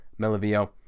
Melavio